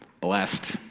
blessed